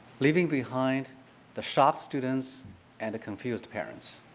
leaving behind the shocked students and confused parents.